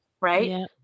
right